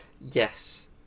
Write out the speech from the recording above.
Yes